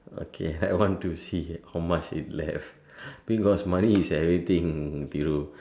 okay I want to see how much is left because money is everything Thiru